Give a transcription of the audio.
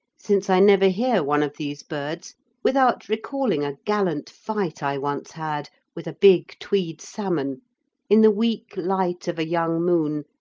since i never hear one of these birds without recalling a gallant fight i once had with a big tweed salmon in the weak light of a young moon,